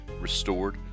restored